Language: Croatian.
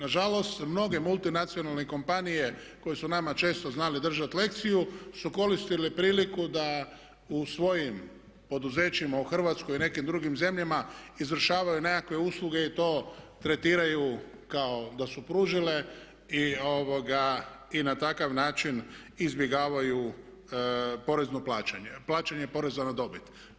Nažalost mnoge multinacionalne kompanije koje su nama često znale držati lekciju su koristile priliku da u svojim poduzećima u Hrvatskoj i u nekim drugim zemljama izvršavaju nekakve usluge i to tretiraju kao da su pružile i na takav način izbjegavaju porezno plaćanje, plaćanje poreza na dobit.